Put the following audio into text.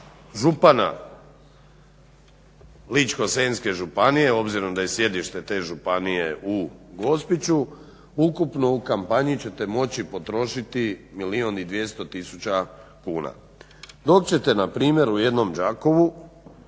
župana Ličko-senjske županije obzirom da je sjedište te županije u Gospiću, ukupno u kampanji ćete moći potrošiti milijun i 200 tisuća kuna. Dok ćete npr. u jednom Đakovu